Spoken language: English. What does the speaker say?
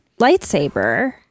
lightsaber